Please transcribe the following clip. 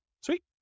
Sweet